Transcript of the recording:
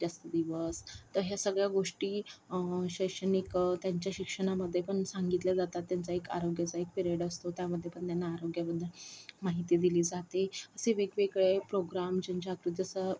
जास्त दिवस तर ह्या सगळ्या गोष्टी शैक्षणिक त्यांच्या शिक्षणामध्ये पण सांगितल्या जातात त्यांचा एक आरोग्याचा एक पिरियड असतो त्यामध्ये पण त्यांना आरोग्याबद्दल माहिती दिली जाते असे वेगवेगळे प्रोग्राम जनजागृतीसह